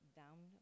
down